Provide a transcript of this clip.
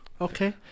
Okay